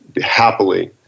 happily